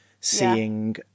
seeing